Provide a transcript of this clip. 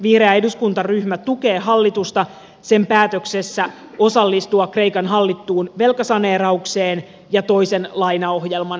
vihreä eduskuntaryhmä tukee hallitusta sen päätöksessä osallistua kreikan hallittuun velkasaneeraukseen ja toisen lainaohjelman rahoittamiseen